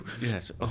Yes